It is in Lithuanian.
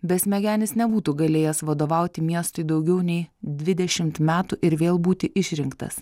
besmegenis nebūtų galėjęs vadovauti miestui daugiau nei dvidešimt metų ir vėl būti išrinktas